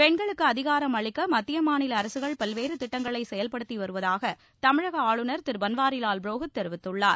பெண்களுக்கு அதிகாரம் அளிக்க மத்திய மாநில அரசுகள் பல்வேறு திட்டங்களை செயல்படுத்தி வருவதாக தமிழக ஆளுநர் திரு பன்வாரிலால் புரோஹித் தெரிவித்துள்ளார்